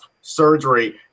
surgery